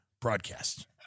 broadcast